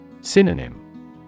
Synonym